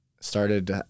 started